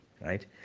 right